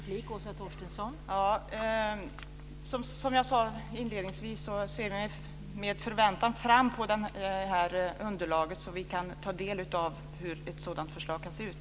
Fru talman! Som jag sade inledningsvis ser vi med förväntan fram emot underlaget, så att vi kan ta del av hur ett sådant förslag kan se ut.